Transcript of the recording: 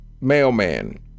mailman